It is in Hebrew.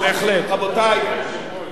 רבותי,